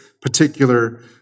particular